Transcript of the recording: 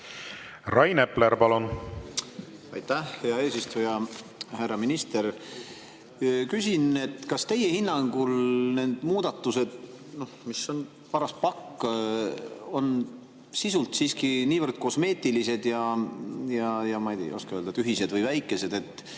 Rain Epler, palun! Aitäh, hea eesistuja! Härra minister! Küsin: kas teie hinnangul need muudatused, mida on paras pakk, on sisult siiski nii kosmeetilised – ma ei tea, ei oska öelda –, tühised või väikesed, et